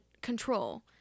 control